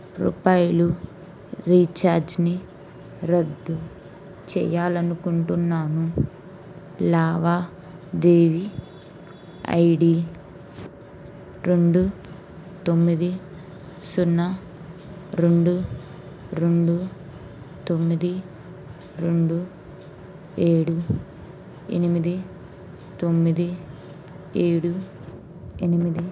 రూపాయిలు రీఛార్జ్ని రద్దు చేయాలి అనుకుంటున్నాను లావాదేవీ ఐడీ రెండు తొమ్మిది సున్నా రెండు రెండు తొమ్మిది రెండు ఏడు ఎనిమిది తొమ్మిది ఏడు ఎనిమిది